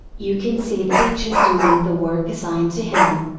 you can see that each is doing the work assigned to him.